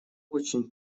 очень